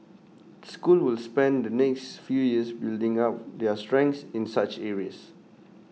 schools will spend the next few years building up their strengths in such areas